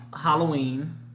Halloween